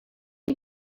the